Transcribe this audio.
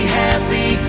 happy